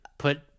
put